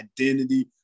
identity